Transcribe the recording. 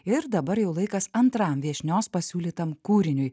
ir dabar jau laikas antram viešnios pasiūlytam kūriniui